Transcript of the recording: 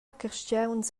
carstgauns